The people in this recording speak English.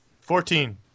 Fourteen